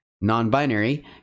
non-binary